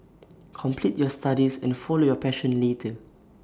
complete your studies and follow your passion later